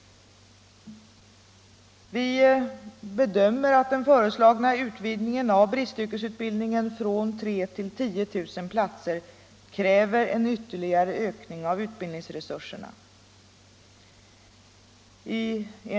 Vi bedömer att den föreslagna utvidgningen 171 av bristyrkesutbildningen från 3 000 till 10 000 platser kräver en ytterligare ökning av utbildningsresurserna.